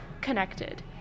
connected